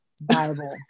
Bible